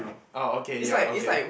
orh okay ya okay